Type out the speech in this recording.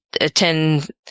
attend